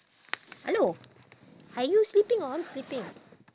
hello are you sleeping or I'm sleeping